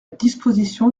disposition